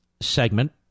segment